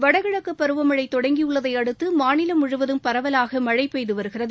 வடகிழக்கு பருவமழை தொடங்கியுள்ளதையடுத்து மாநிலம் முழுவதும் பரவலாக மழை பெய்து வருகிறது